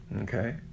okay